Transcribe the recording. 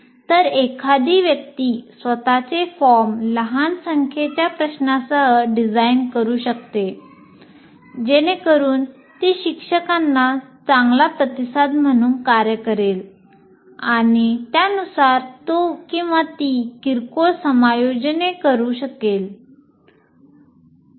तर एखादी व्यक्ती स्वत चे फॉर्म लहान संख्येच्या प्रश्नांसह डिझाइन करू शकते जेणेकरून ती शिक्षकाना चांगला प्रतिसाद म्हणून कार्य करेल आणि त्यानुसार तो ती किरकोळ समायोजने करू शकेल